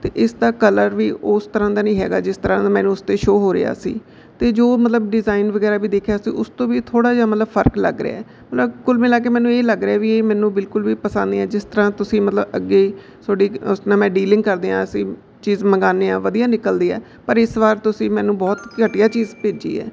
ਅਤੇ ਇਸ ਦਾ ਕਲਰ ਵੀ ਉਸ ਤਰ੍ਹਾਂ ਦਾ ਨਹੀਂ ਹੈਗਾ ਜਿਸ ਤਰ੍ਹਾਂ ਦਾ ਮੈਨੂੰ ਉਸ 'ਤੇ ਸ਼ੋ ਹੋ ਰਿਹਾ ਸੀ ਅਤੇ ਜੋ ਮਤਲਬ ਡਿਜ਼ਾਇਨ ਵਗੈਰਾ ਵੀ ਦੇਖਿਆ ਸੀ ਉਸ ਤੋਂ ਵੀ ਥੋੜ੍ਹਾ ਜਿਹਾ ਮਤਲਬ ਫਰਕ ਲੱਗ ਰਿਹਾ ਮਤਲਬ ਕੁੱਲ ਮਿਲਾ ਕੇ ਮੈਨੂੰ ਇਹ ਲੱਗ ਰਿਹਾ ਵੀ ਇਹ ਮੈਨੂੰ ਬਿਲਕੁਲ ਵੀ ਪਸੰਦ ਨਹੀਂ ਆ ਜਿਸ ਤਰ੍ਹਾਂ ਤੁਸੀਂ ਮਤਲਬ ਅੱਗੇ ਤੁਹਾਡੇ ਉਸ ਨਾਲ ਮੈਂ ਡੀਲਿੰਗ ਕਰਦੀ ਹਾਂ ਅਸੀਂ ਚੀਜ਼ ਮੰਗਵਾਉਂਦੇ ਹਾਂ ਵਧੀਆ ਨਿਕਲਦੀ ਹੈ ਪਰ ਇਸ ਵਾਰ ਤੁਸੀਂ ਮੈਨੂੰ ਬਹੁਤ ਘਟੀਆ ਚੀਜ਼ ਭੇਜੀ ਹੈ